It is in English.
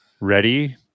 ready